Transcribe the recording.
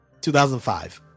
2005